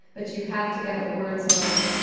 but you have to get the words wrong.